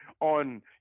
on